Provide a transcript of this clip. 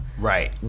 Right